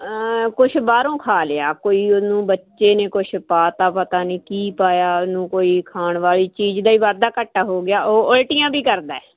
ਕੁਛ ਬਾਹਰੋਂ ਖਾ ਲਿਆ ਕੋਈ ਉਹਨੂੰ ਬੱਚੇ ਨੇ ਕੁਝ ਪਾ ਤਾ ਪਤਾ ਨਹੀਂ ਕੀ ਪਾਇਆ ਉਹਨੂੰ ਕੋਈ ਖਾਣ ਵਾਲੀ ਚੀਜ਼ ਦਾ ਹੀ ਵਾਧਾ ਘਾਟਾ ਹੋ ਗਿਆ ਉਹ ਉਲਟੀਆਂ ਵੀ ਕਰਦਾ